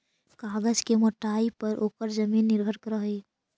कागज के मोटाई पर ओकर वजन निर्भर करऽ हई